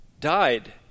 died